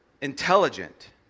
intelligent